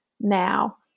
now